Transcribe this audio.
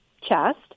chest